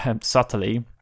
subtly